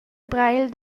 breil